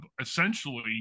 essentially